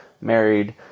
married